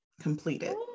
completed